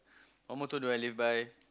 what motto do I live by